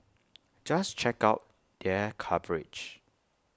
just check out their coverage